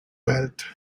belt